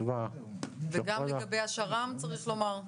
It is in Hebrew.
וגם לגבי השר"מ, צריך לומר.